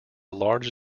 large